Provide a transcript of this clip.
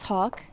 Hawk